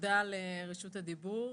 תודה על רשות הדיבור.